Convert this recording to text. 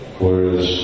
whereas